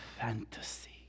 fantasy